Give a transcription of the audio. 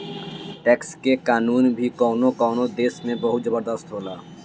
tax के कानून भी कवनो कवनो देश में बहुत जबरदस्त होला